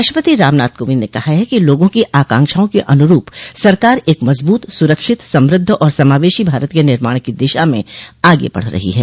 राष्ट्रपति रामनाथ कोविंद ने कहा है कि लोगों की आकांक्षाओं के अनुरूप सरकार एक मजबूत सुरक्षित समृद्ध और समावेशी भारत के निर्माण की दिशा में आगे बढ़ रही है